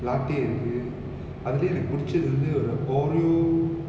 latte இருக்கு அதுலயும் எனக்கு புடிச்சது வந்து ஒரு:irukku athulayum enakku pudichathu vanthu oru oreo